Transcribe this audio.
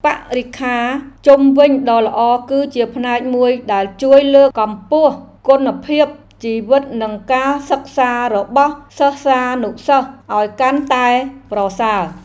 បរិក្ខារជុំវិញដ៏ល្អគឺជាផ្នែកមួយដែលជួយលើកកម្ពស់គុណភាពជីវិតនិងការសិក្សារបស់សិស្សានុសិស្សឱ្យកាន់តែប្រសើរ។